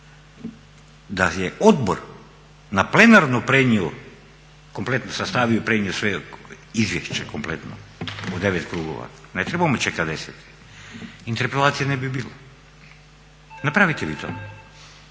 da je odbor na plenarnu prenio, kompletno sastavio i prenio kompletno izvješće o devet krugova. Ne trebamo čekati deseti i interpelacije ne bi bilo. Napravite vi to,